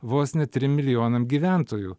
vos ne trim milijonam gyventojų